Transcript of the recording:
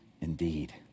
indeed